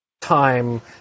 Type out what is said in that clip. time